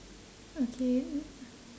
okay